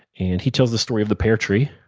and he tells the story of the pear tree.